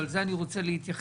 ולזה אני רוצה להתייחס,